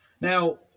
Now